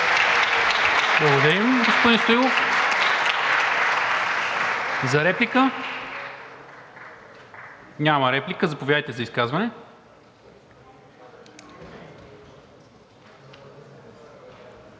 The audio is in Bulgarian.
Благодаря, господин Стоилов. За реплика? Няма. Заповядайте за изказване.